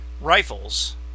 rifles